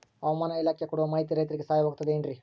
ಹವಮಾನ ಇಲಾಖೆ ಕೊಡುವ ಮಾಹಿತಿ ರೈತರಿಗೆ ಸಹಾಯವಾಗುತ್ತದೆ ಏನ್ರಿ?